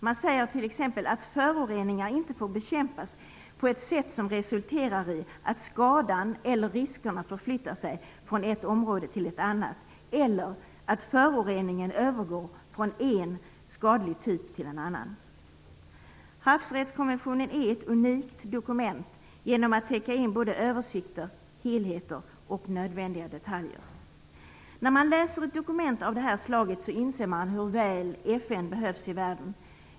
Man säger bl.a. "att föroreningar inte får bekämpas på ett sätt som resulterar i att skadan eller riskerna förflyttar sig från ett område till ett annat, eller att föroreningen övergår från en skadlig typ till en annan". Havsrättskonventionen är ett unikt dokument genom att den täcker in såväl översikter som helheten och nödvändiga detaljer. När man läser ett dokument av det här slaget inser man hur väl FN behövs i världen.